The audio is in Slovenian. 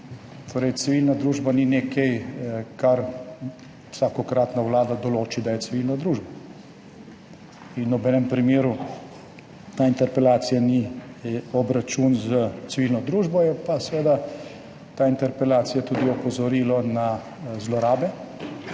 Torej civilna družba ni nekaj, kar vsakokratna vlada določi, da je civilna družba. In v nobenem primeru ta interpelacija ni obračun s civilno družbo, je pa seveda ta interpelacija tudi opozorilo na zlorabe,